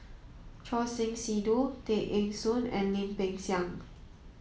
Choor Singh Sidhu Tay Eng Soon and Lim Peng Siang